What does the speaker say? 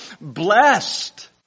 blessed